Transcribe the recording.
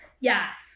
Yes